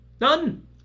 none